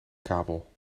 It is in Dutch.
kabel